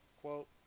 quote